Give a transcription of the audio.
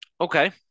Okay